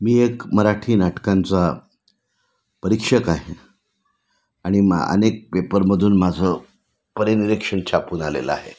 मी एक मराठी नाटकांचा परीक्षक आहे आणि मा अनेक पेपरमधून माझं परिनिरीक्षण छापून आलेलं आहे